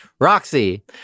Roxy